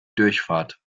durchfahrt